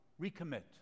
recommit